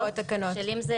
היא יכולה לזהם מפעל שלם.